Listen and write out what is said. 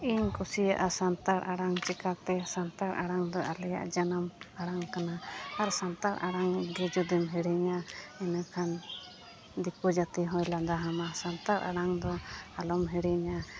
ᱤᱧ ᱠᱩᱥᱤᱭᱟᱜᱼᱟ ᱥᱟᱱᱛᱟᱲ ᱟᱲᱟᱝ ᱪᱤᱠᱟᱹᱛᱮ ᱥᱟᱱᱛᱟᱲ ᱟᱲᱟᱝᱫᱚ ᱟᱞᱮᱭᱟᱜ ᱡᱟᱱᱟᱢ ᱟᱲᱟᱝ ᱠᱟᱱᱟ ᱟᱨ ᱥᱟᱱᱛᱟᱲ ᱟᱲᱟᱝᱜᱮ ᱡᱩᱫᱤᱢ ᱦᱤᱲᱤᱧᱟ ᱤᱱᱟᱹᱠᱷᱟᱱ ᱫᱤᱠᱩ ᱡᱟᱹᱛᱤᱦᱚᱸᱭ ᱞᱟᱸᱫᱟᱣᱟᱢᱟ ᱥᱟᱱᱛᱟᱲ ᱟᱲᱟᱝᱫᱚ ᱟᱞᱚᱢ ᱦᱤᱲᱤᱧᱟ